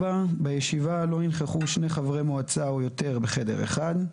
בישיבה לא ינכחו שני חברי מועצה או יותר בחדר אחד.